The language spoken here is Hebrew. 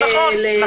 זה מקום המשמש,